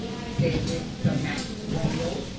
said mr. maxwell,